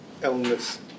illness